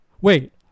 Wait